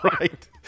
Right